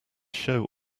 show